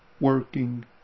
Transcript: working